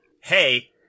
Hey